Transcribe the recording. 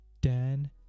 Dan